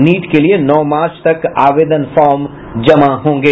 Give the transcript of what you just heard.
NEET के लिए नौ मार्च तक आवेदन फार्म जमा होंगे